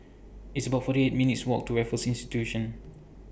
It's about forty eight minutes' Walk to Raffles Institution